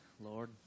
Lord